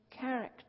character